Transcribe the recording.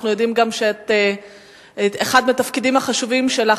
אנחנו יודעים גם שכאחד מהתפקידים החשובים שלך